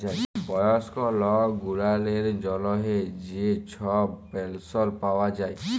বয়স্ক লক গুলালের জ্যনহে যে ছব পেলশল পাউয়া যায়